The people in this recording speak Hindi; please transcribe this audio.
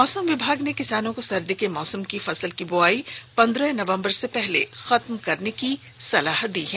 मौसम विभाग ने किसानों को सर्दी के मौसम की फसल की बुआई पंद्रह नवंबर से पहले खत्म करने की सलाह दी है